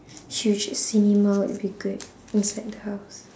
huge cinema would be good inside the house